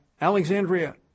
Alexandria